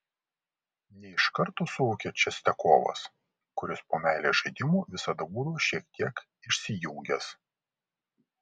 ne iš karto suvokė čistiakovas kuris po meilės žaidimų visada būdavo šiek tiek išsijungęs